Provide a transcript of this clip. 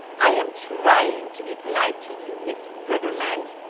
i am trying to be polite to you, miss briggerland,